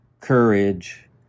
courage